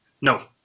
No